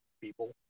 people